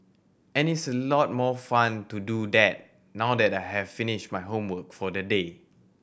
and it is a lot more fun to do that now that I have finished my homework for the day